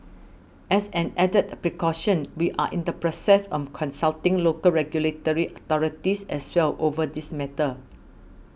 as an added precaution we are in the process of consulting local regulatory authorities as well over this matter